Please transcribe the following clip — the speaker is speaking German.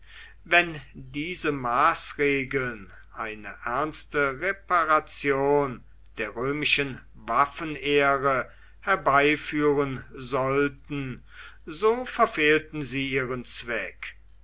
wenn diese maßregeln eine ernste reparation der römischen waffenehre herbeiführen sollten so verfehlten sie ihren zweck